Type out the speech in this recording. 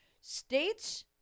States